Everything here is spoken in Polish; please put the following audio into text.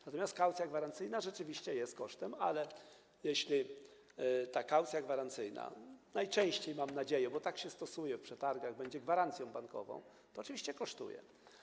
Natomiast kaucja gwarancyjna rzeczywiście jest kosztem, bo jeśli ta kaucja gwarancyjna najczęściej, mam nadzieję, bo tak się stosuje w przetargach, będzie gwarancją bankową, to oczywiście kosztuje.